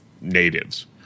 natives